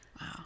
Wow